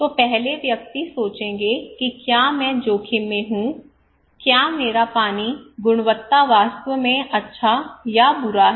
तो पहले व्यक्ति सोचेंगे कि क्या मैं जोखिम में हूं क्या मेरा पानी गुणवत्ता वास्तव में अच्छा या बुरा है